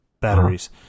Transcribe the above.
batteries